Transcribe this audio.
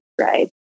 right